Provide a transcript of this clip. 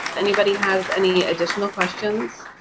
anybody has any additional questions,